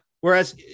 Whereas